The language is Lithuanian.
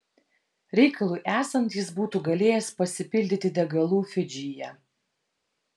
reikalui esant jis būtų galėjęs pasipildyti degalų fidžyje